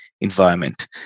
environment